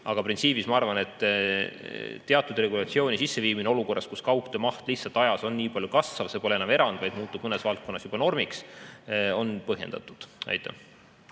Aga printsiibis, ma arvan, teatud regulatsiooni sisseviimine olukorras, kus kaugtöö maht on lihtsalt ajas nii palju kasvav, pole see enam erand, vaid muutub mõnes valdkonnas normiks, on põhjendatud. Aitäh!